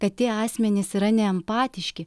kad tie asmenys yra neempatiški